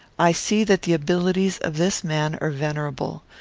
i see that the abilities of this man are venerable.